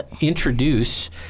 introduce